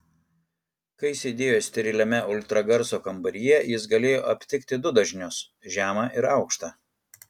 kai sėdėjo steriliame ultragarso kambaryje jis galėjo aptikti du dažnius žemą ir aukštą